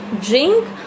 drink